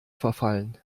verfallen